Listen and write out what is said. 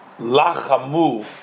Lachamu